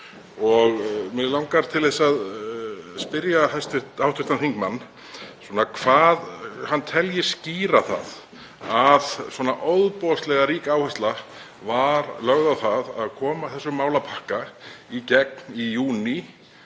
Mig langar til að spyrja hv. þingmann hvað hann telji skýra það að svona ofboðslega rík áhersla var lögð á það að koma þessum málapakka í gegn